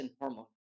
hormone